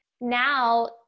now